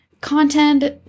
content